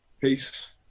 Peace